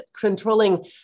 controlling